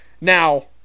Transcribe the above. Now